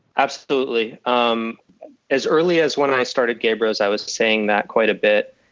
absolutely. um as early as when i started gaybros, i was saying that quite a bit.